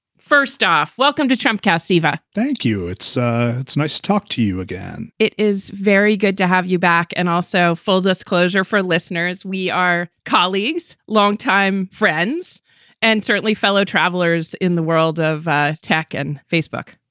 first off, welcome to trump cast, siva thank you. it's ah it's nice to talk to you again it is very good to have you back. and also, full disclosure for listeners. we are colleagues, longtime friends and certainly fellow travelers in the world of ah tech and facebook.